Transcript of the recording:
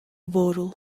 bottle